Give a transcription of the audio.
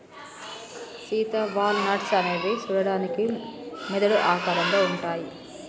Sita walnuts అనేవి సూడడానికి మెదడు ఆకారంలో ఉంటాయి